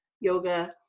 yoga